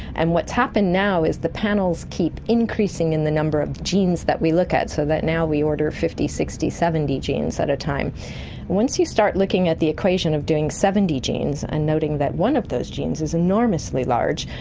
and what has happened now is the panels keep increasing in the number of genes that we look at, so that now we order fifty, sixty, seventy genes at a time. and once you start looking at the equation of doing seventy genes and noting that one of those genes is enormously large,